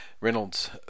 Reynolds